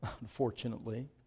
unfortunately